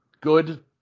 good